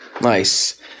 nice